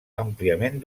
àmpliament